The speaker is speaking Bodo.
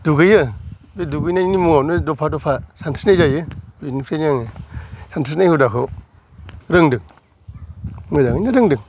दुगैयो बे दुगैनायनि मुङावनो दफा दफा सानस्रिनाय जायो बिनिफ्रायनो जों सानस्रिनाय हुदाखौ रोंदों मोजाङैनो रोंदों